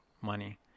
money